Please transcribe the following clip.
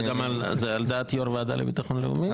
--- זה על דעת יושב-ראש הוועדה לביטחון לאומי?